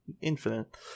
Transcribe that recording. infinite